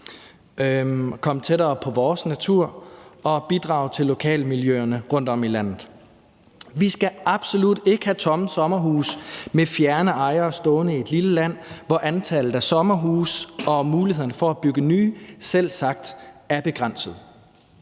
komme tættere på vores natur og at bidrage til lokalmiljøerne rundtom i landet. Vi skal absolut ikke have tomme sommerhuse med fjerne ejere stående i et lille land, hvor antallet af sommerhuse og muligheden for at bygge nye selvsagt er begrænset.